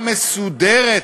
אחרות,